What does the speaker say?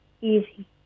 Easy